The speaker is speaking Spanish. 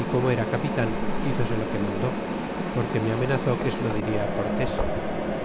y como era capitan hizose lo que mandó porque me amenazó que se lo diria á cortés